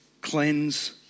cleanse